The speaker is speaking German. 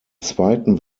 zweiten